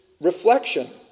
reflection